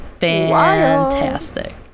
fantastic